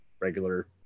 regular